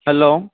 hello